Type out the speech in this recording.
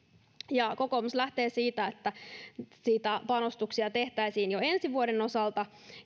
kokoomus lähtee siitä että panostuksia tehtäisiin jo ensi vuoden osalta